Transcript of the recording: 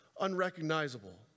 unrecognizable